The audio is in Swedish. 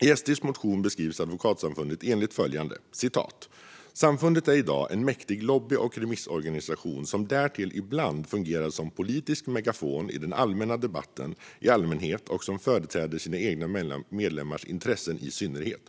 I SD:s motion 2020/21:682 beskrivs Advokatsamfundet enligt följande: "Samfundet är idag en mäktig lobby och remissorganisation som därtill ibland fungerar som politisk megafon i den allmänna debatten i allmänhet och som företräder sina egna medlemmars intressen i synnerhet."